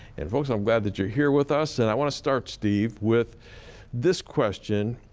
and, folks, i'm glad that you are here with us. and i want to start, steve, with this question.